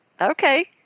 Okay